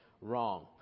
wrong